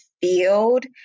field